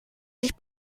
sich